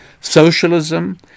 Socialism